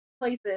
places